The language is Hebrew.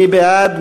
מי בעד?